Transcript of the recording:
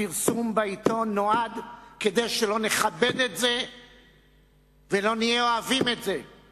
הפרסום בעיתון הוא כדי שלא נכבד זה את זה ולא נהיה אוהבים זה את זה.